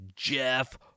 Jeff